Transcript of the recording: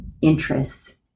interests